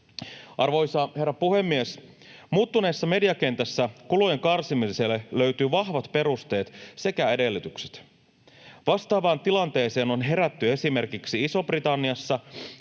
Arvoisa herra puhemies! Muuttuneessa mediakentässä kulujen karsimiselle löytyy vahvat perusteet sekä edellytykset. Vastaavaan tilanteeseen on herätty esimerkiksi Isossa-Britanniassa,